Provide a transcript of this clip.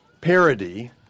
parody